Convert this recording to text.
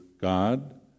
God